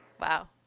Wow